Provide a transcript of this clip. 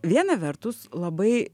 viena vertus labai